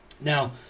Now